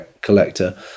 collector